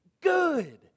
good